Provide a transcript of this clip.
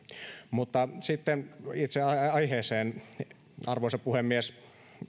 mutta sitten itse aiheeseen arvoisa puhemies